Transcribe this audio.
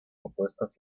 opuestas